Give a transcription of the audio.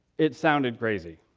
it sounded crazy.